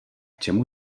čemu